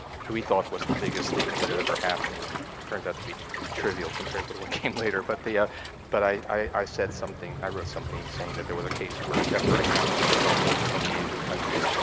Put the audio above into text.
which we thought was the biggest thing that would ever happen, and it turns out to be trivial compared with what came later, but ah but i i said something, i wrote something saying that there was a case for temporary capital controls in some of the asian countries,